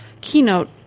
keynote